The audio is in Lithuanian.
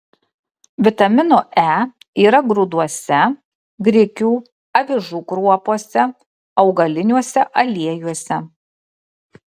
vitamino e yra grūduose grikių avižų kruopose augaliniuose aliejuose